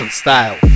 style